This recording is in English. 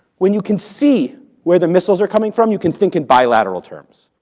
when you can see where the missiles are coming from, you can think in bilateral terms.